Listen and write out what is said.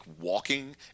walking